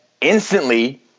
instantly